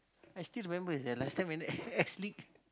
I still remember sia last time when S~ S-league